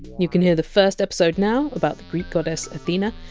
you can hear the first episode now, about the greek goddess athena,